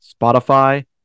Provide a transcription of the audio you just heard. Spotify